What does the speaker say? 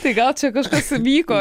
tai gal čia kažkas įvyko